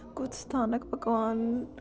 ਕੁਛ ਸਥਾਨਕ ਪਕਵਾਨ